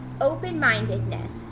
open-mindedness